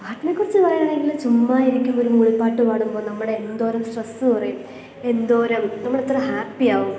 പാട്ടിനെക്കുറിച്ച് പറയുകയാണെങ്കിൽ ചുമ്മാ ഇരിക്കുമ്പോഴും മൂളിപ്പാട്ട് പാടുമ്പോൾ നമ്മുടെ എന്തോരം സ്ട്രെസ് കുറയും എന്തോരം നമ്മളെത്ര ഹാപ്പിയാവും